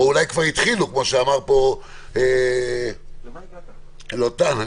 או שהתחילו, כדברי תומר לוטן.